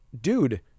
dude